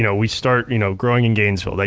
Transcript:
you know we start you know growing in gainesville.